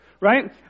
Right